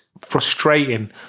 frustrating